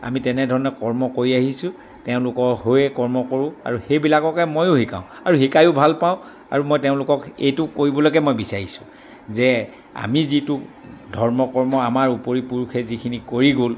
আমি তেনেধৰণে কৰ্ম কৰি আহিছোঁ তেওঁলোকৰ হৈয়ে কৰ্ম কৰোঁ আৰু সেইবিলাককে ময়ো শিকাওঁ আৰু শিকাইয়ো ভাল পাওঁ আৰু মই তেওঁলোকক এইটো কৰিবলৈকে মই বিচাৰিছোঁ যে আমি যিটো ধৰ্ম কৰ্ম আমাৰ উপৰি পুৰুষে যিখিনি কৰি গ'ল